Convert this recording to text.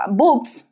books